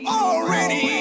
already